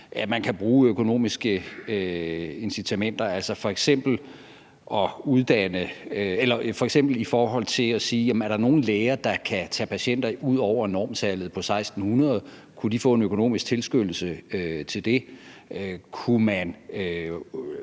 at man kan bruge økonomiske incitamenter. F.eks. kan man spørge, om der er nogen læger, der kan tage patienter ud over normtallet på 1.600, og om de kan få en økonomisk tilskyndelse til det.